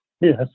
Yes